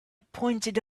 pointed